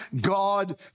God